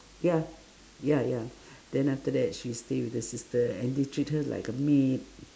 yeah ya ya then after that she stay with the sister and they treat her like a maid